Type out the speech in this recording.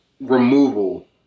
removal